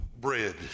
bread